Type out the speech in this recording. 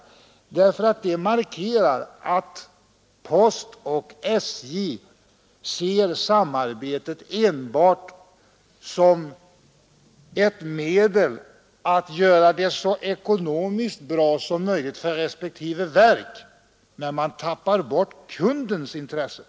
Det markerar att posten och SJ ser samarbetet enbart som ett medel att göra det så ekonomiskt bra som möjligt för respektive verk, men man tappar bort kundens intresse.